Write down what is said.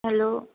hello